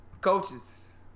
coaches